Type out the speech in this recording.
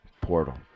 portal